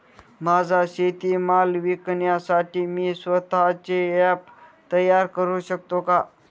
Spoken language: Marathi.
माझा शेतीमाल विकण्यासाठी मी स्वत:चे ॲप तयार करु शकतो का?